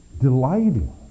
delighting